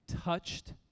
touched